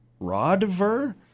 Rodver